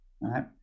right